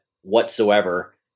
whatsoever